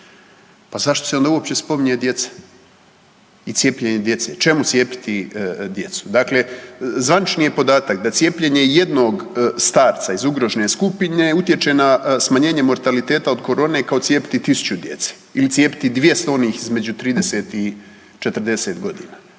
Pa zašto se onda uopće spominje djeca i cijepljenje djece? Čemu cijepiti djecu? Dakle, zvanični je podatak da cijepljenje jednog starca iz ugrožene skupine utječe na smanjenje mortaliteta od korone kao cijepiti tisuću djece ili cijepiti onih između 30 i 40 godina,